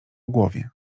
głowie